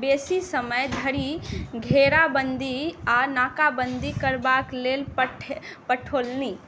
बेसी समय धरि घेराबन्दी आ नाकाबन्दी करबाक लेल पठौलनि